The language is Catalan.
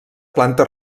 planta